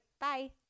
Bye